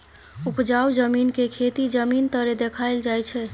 उपजाउ जमीन के खेती जमीन तरे देखाइल जाइ छइ